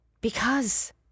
Because